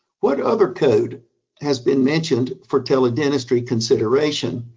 what other code has been mentioned for tele-dentistry consideration?